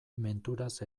menturaz